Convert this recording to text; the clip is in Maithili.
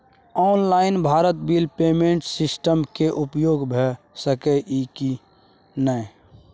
Online Bharat bill payment system के उपयोग भ सके इ की नय?